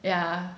yeah